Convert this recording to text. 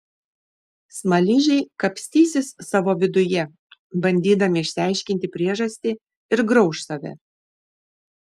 smaližiai kapstysis savo viduje bandydami išsiaiškinti priežastį ir grauš save